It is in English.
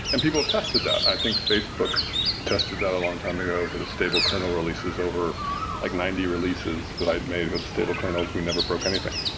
and people tested that. i think facebook tested that a long time ago for the stable kernel releases over like ninety releases that i've made with stable kernels. we never broke anything.